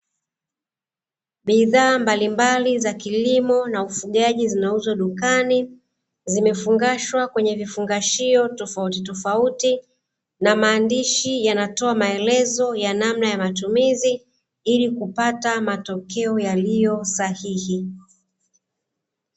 Bidhaa mbalimbali za kilimo na ufugaji zinauzwa dukani, zimefungashwa kwenye vifungashio tofautitofauti, na maandishi yanatoa maelezo ya namna ya matumizi, ili kupata matokeo yaliyo sahihi.